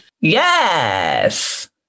Yes